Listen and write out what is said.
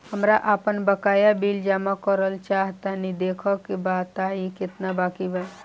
हमरा आपन बाकया बिल जमा करल चाह तनि देखऽ के बा ताई केतना बाकि बा?